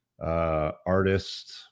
artist